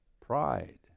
Pride